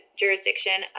jurisdiction